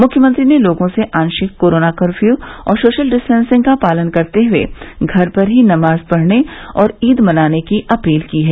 मुख्यमंत्री ने लोगों से आशिक कोरोना कर्फ्यू और सोशल डिस्टेसिंग का पालन करते हुए घर पर ही नमाज पढ़ने और ईद मनाने की अपील की है